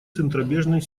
центробежной